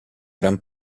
gran